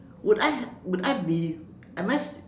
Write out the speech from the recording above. would I would I be am I